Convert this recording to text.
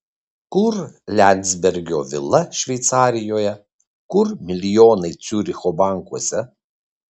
kur liandsbergio vila šveicarijoje kur milijonai ciuricho bankuose